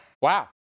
Wow